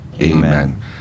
Amen